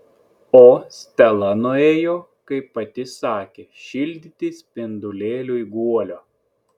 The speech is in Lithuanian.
o stela nuėjo kaip pati sakė šildyti spindulėliui guolio